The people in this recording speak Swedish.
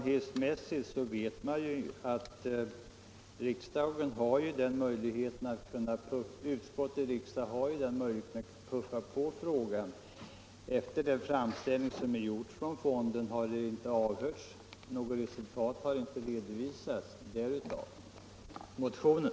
Herr talman! Erfarenhetsmässigt vet man att utskotten och riksdagen har möjligheten att puffa på en fråga. Efter den framställning som gjorts från fonden har något resultat inte redovisats. Därav motionen.